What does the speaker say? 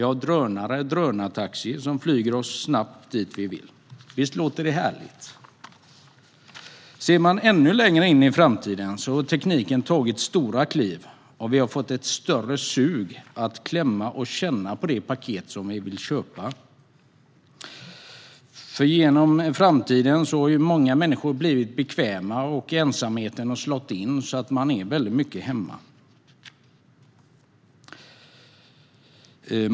Det finns drönartaxi som flyger oss snabbt dit vi vill. Visst låter det härligt! Ser vi ännu längre fram i framtiden har tekniken tagit stora kliv, och vi har fått ett större sug efter att klämma och känna på de paket vi vill köpa. I framtiden har många människor blivit bekväma och ensamheten har slagit in - man är mycket hemma.